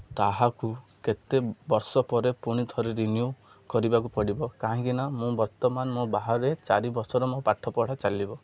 ତାହାକୁ କେତେ ବର୍ଷ ପରେ ପୁଣି ଥରେ ରିିନ୍ୟୁ କରିବାକୁ ପଡ଼ିବ କାହିଁକିନା ମୁଁ ବର୍ତ୍ତମାନ ମୋ ବାହାରେ ଚାରି ବର୍ଷର ମୋ ପାଠପଢ଼ା ଚାଲିବ